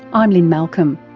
i'm lynne malcolm.